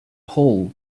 hole